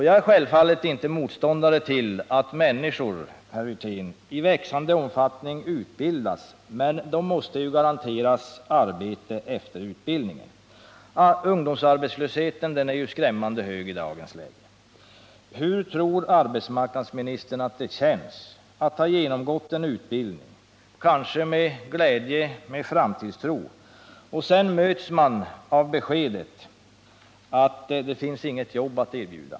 Jag är självfallet inte motståndare, herr Wirtén, till att människor i växande omfattning utbildas, men de måste också garanteras ett arbete efter utbildningen. Ungdomsarbetslösheten är skrämmande hög i dagens läge. Hur tror arbetsmarknadsministern att det känns att ha genomgått en utbildning, kanske med glädje och framtidstro, och sedan mötas av beskedet att det inte finns något jobb att erbjuda?